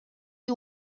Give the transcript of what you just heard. you